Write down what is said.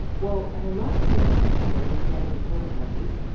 well, an illustrious panel was gathered to talk about this,